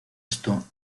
esto